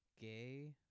gay